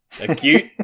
acute